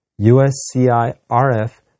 USCIRF